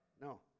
No